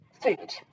food